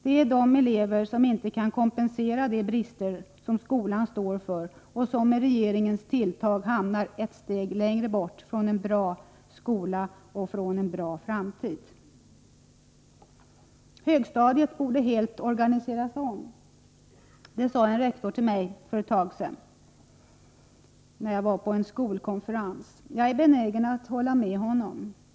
Det är de elever som inte kan kompensera de brister skolan står för och som med regeringens tilltag kommer att hamna ett steg längre bort från en bra skola och från en bra framtid. Högstadiet borde helt organiseras om. Det sade en rektor till mig för ett tag sedan, när jag var på en skolkonferens. Jag är benägen att hålla med honom.